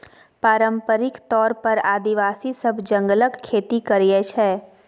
पारंपरिक तौर पर आदिवासी सब जंगलक खेती करय छै